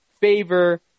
favor